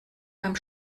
beim